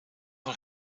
een